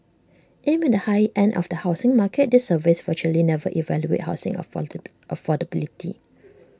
aimed at the high end of the housing market these surveys virtually never evaluate housing affordability